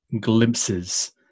glimpses